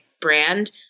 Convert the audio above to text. brand